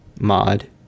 mod